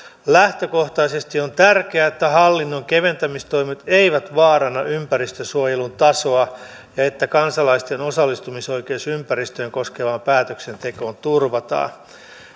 lähtökohtaisesti on tärkeää että hallinnon keventämistoimet eivät vaaranna ympäristönsuojelun tasoa ja että kansalaisten osallistumisoikeus ympäristöään koskevaan päätöksentekoon turvataan